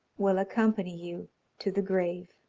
will accompany you to the grave.